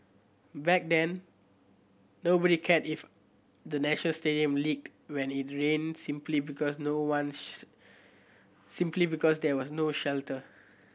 back then nobody cared if the National Stadium leaked when it rained simply because no ones simply because there was no shelter